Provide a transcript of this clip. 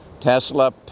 Tesla